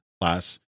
class